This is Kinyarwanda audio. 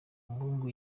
muhungu